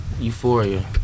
Euphoria